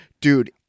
Dude